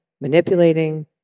manipulating